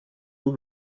will